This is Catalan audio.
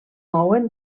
mouen